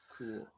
Cool